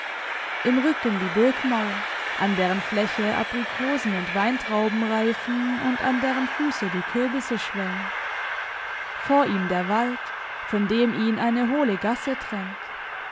im rücken die burgmauer an deren fläche aprikosen und weintrauben reifen und an deren fuße die kürbisse schwellen vor ihm der wald von dem ihn eine hohle gasse trennt